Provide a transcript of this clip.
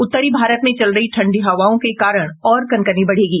उत्तरी भारत में चल रही ठंडी हवाओं के कारण और कनकनी बढ़ेगी